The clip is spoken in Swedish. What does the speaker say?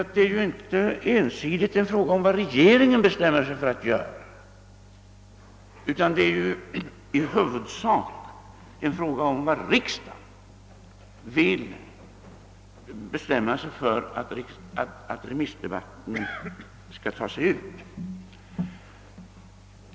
Ty det är ju inte ensidigt en fråga om vad regeringen bestämmer sig för att göra utan det är ju i huvudsak en fråga om hur riksdagen vill att remissdebatten skall läggas upp.